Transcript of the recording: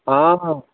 हँ हँ